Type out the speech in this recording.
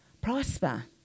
prosper